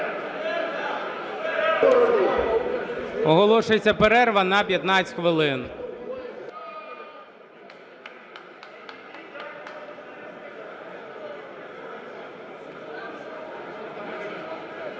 Оголошується перерва на 15 хвилин.